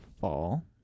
fall